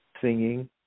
singing